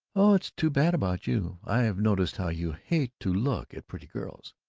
oh, it's too bad about you! i've noticed how you hate to look at pretty girls!